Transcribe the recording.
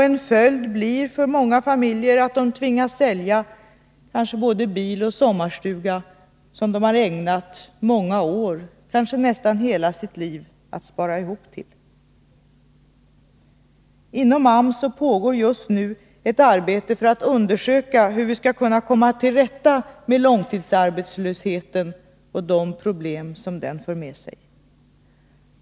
En följd blir för många familjer att de tvingas sälja kanske både bil och sommarstuga, som de har ägnat många år, kanske nästan hela sitt liv åt att spara ihop till. Inom AMS pågår just nu ett arbete för att undersöka hur vi skall kunna komma till rätta med långtidsarbetslösheten och de problem som den för med sig.